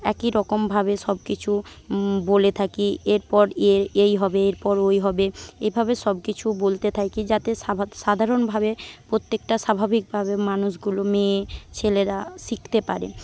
একই রকমভাবে সবকিছু বলে থাকি এরপর ইয়ে এই হবে এরপর ওই হবে এভাবে সবকিছু বলতে থাকি যাতে সাভা সাধারণভাবে প্রত্যেকটা স্বাভাবিকভাবে মানুষগুলো মেয়ে ছেলেরা শিখতে পারে